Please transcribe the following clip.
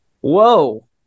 Whoa